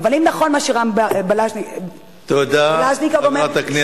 אבל אם נכון מה שרם בלינקוב אומר,